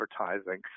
advertising